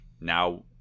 now